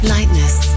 Lightness